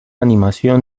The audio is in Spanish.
animación